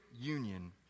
union